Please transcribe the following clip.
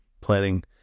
planning